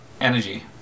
energy